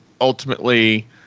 ultimately